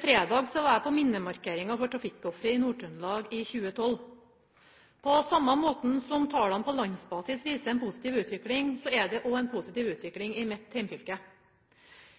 fredag var jeg på minnemarkeringa for trafikkofre i Nord-Trøndelag i 2012. På samme måten som tallene på landsbasis viser en positiv utvikling, er det også en positiv utvikling i mitt hjemfylke.